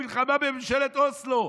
המלחמה בממשלת אוסלו.